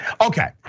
okay